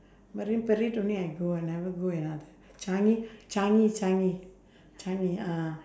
marine-parade only I go I never go another changi changi changi changi ah